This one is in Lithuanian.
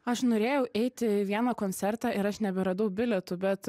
aš norėjau eiti į vieną koncertą ir aš neberadau bilietų bet